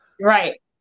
Right